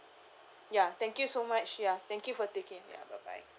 ya thank you so much ya thank you for take care ya bye bye